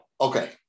Okay